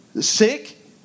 sick